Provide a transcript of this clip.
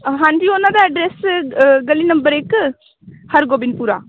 ਹਾਂਜੀ ਉਹਨਾਂ ਦਾ ਐਡਰੈਸ ਗਲੀ ਨੰਬਰ ਇੱਕ ਹਰਗੋਬਿੰਦਪੁਰਾ